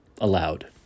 allowed